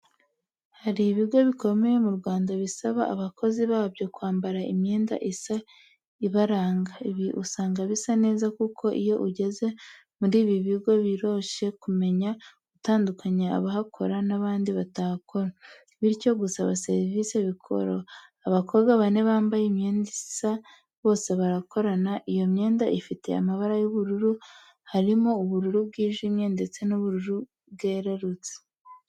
Hari ibigo bikomeye mu Rwanda bisaba abakozi babyo kwambara imyenda isa ibaranga, ibi usanga bisa neza kuko iyo ugeze muri ibi bigo biroshye kumenya gutandukanya abahakora nabandi batahakora, bityo gusaba serivisi bikoroha. Abakobwa bane bambaye imyenda isa bose barakorana, iyo myenda ifite amabara y'ubururu, harimo ubururu bwi jimye, ndetse n'ubururu bwe rurutse.